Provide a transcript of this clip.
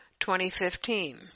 2015